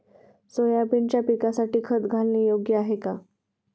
सोयाबीनच्या पिकासाठी खत घालणे योग्य आहे का?